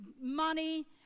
money